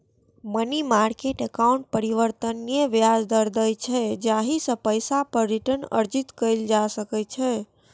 money market account परिवर्तनीय ब्याज दर दै छै, जाहि सं पैसा पर रिटर्न अर्जित कैल जा सकै छै